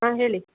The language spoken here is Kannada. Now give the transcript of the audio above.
ಆಂ ಹೇಳಿ